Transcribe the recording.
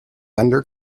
under